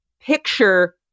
picture